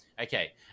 Okay